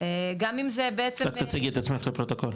גם אם זה בעצם --- רק תציגי את עצמך לפרוטוקול.